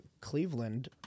Cleveland